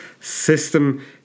system